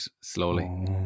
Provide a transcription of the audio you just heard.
slowly